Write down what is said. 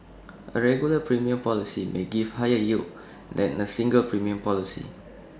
A regular premium policy may give higher yield than A single premium policy